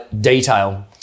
detail